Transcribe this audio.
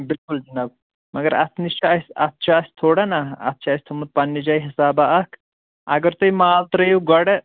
بِلکُل جناب مگر اَتھ نِش چھِ اَسہِ اسہِ چھِ اتھ تھوڑا نا اَتھ چھُ اَسہِ تھوٚومُت پننہِ جایہِ حِسابا اکھ اگر تُہۍ مال ترٛٲوِو گۄڈٕ